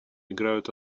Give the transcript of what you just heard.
играют